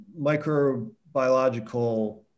microbiological